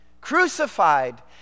Crucified